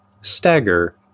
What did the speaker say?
Stagger